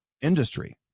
industry